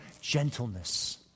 gentleness